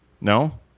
No